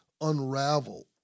unravel